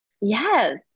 yes